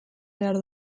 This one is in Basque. behar